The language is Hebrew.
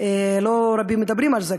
ולא רבים מדברים על זה,